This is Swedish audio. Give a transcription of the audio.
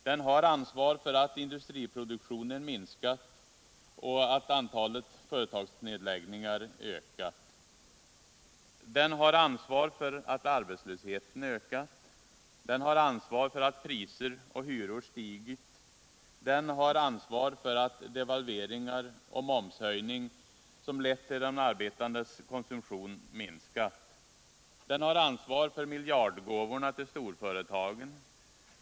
Den har ansvar för att industriproduktionen minskat och antalet företagsnedläggningar ökat. Den har ansvar för att arbetslösheten ökat. Den har ansvar för att priser och hyror stigit. Den har ansvar för devalveringar och momshöjning som lett till att de arbetandes konsumtion minskat. Den har ansvar för miljardgåvorna till storföretagen.